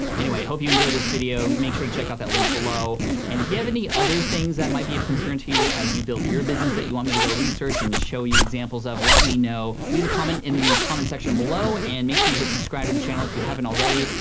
anyway, hope you enjoyed this video. make sure to check out that link below and if you have any other things that might be of concern to you as you build your business that you want me to go research and show you examples of, let me know. leave a comment in the comments section below, and make sure you hit subscribe to the channel if you haven't already.